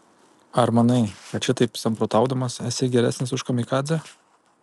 ar manai kad šitaip samprotaudamas esi geresnis už kamikadzę